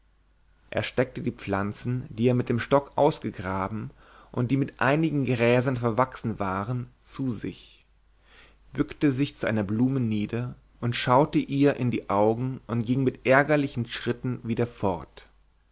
er steckte die pflanzen die er mit dem stock ausgegraben und die mit einigen gräsern verwachsen waren zu sich bückte sich zu einer blume nieder und schaute ihr in die augen und ging mit ärgerlichen schritten wieder fort